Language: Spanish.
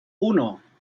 uno